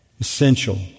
essential